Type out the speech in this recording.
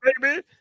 baby